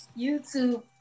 YouTube